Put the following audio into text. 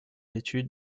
études